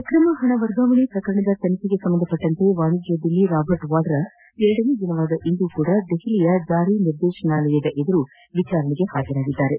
ಅಕ್ರಮ ಹಣ ವರ್ಗಾವಣೆ ಪ್ರಕರಣದ ತನಿಖೆಗೆ ಸಂಬಂಧಿಸಿದಂತೆ ವಾಣಿಜ್ನೋದ್ಯಮಿ ರಾಬರ್ಟ್ ವಾದ್ರಾ ಎರಡನೇ ದಿನವಾದ ಇಂದೂ ಸಹ ದೆಹಲಿಯ ಜಾರಿ ನಿರ್ದೇಶನಾಲಯದ ಮುಂದೆ ವಿಚಾರಣೆಗೆ ಹಾಜರಾದರು